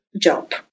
job